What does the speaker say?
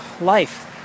life